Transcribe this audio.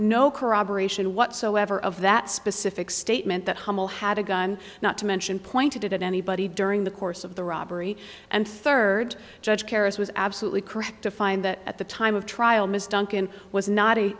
no corroboration whatsoever of that specific statement that hummel had a gun not to mention pointed at anybody during the course of the robbery and third judge harris was absolutely correct to find that at the time of trial ms duncan was not a